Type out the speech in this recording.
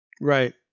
Right